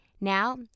Now